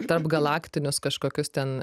tarpgalaktinius kažkokius ten